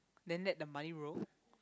then let the money roll